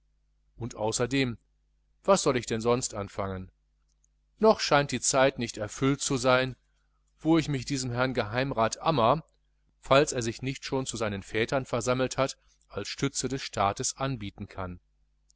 und außerdem was soll ich denn sonst anfangen noch scheint die zeit nicht erfüllt zu sein wo ich mich diesem herrn geheimrat ammer falls er sich nicht schon zu seinen vätern versammelt hat als stütze des staates anbieten kann